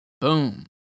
Boom